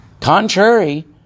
Contrary